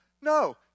No